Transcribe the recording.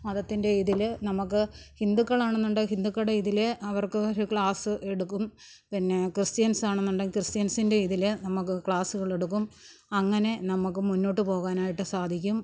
മതത്തിൻ്റെ ഇതിൽ നമ്മൾക്ക് ഹിന്ദുക്കളാണെന്നുണ്ടെങ്കിൽ ഹിന്ദുക്കളുടെ ഇതിൽ അവർക്ക് ഒരു ക്ലാസ്സ് എടുക്കും പിന്നെ ക്രിസ്ത്യൻസ്സാണെന്നുണ്ടെങ്കിൽ ക്രിസ്ത്യൻസിൻ്റെ ഇതിൽ നമ്മൾക്ക് ക്ലാസ്സുകളെടുക്കും അങ്ങനെ നമ്മൾക്ക് മുന്നോട്ട് പോകാനായിട്ട് സാധിക്കും